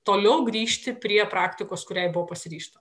toliau grįžti prie praktikos kuriai buvo pasiryžta